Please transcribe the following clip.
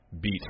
beat